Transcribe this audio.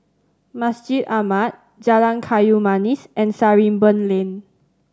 Masjid Ahmad Jalan Kayu Manis and Sarimbun Lane